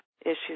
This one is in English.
issues